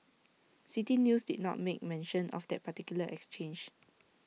City News did not make mention of that particular exchange